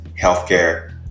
healthcare